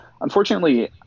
unfortunately